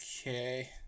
Okay